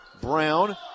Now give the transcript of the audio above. Brown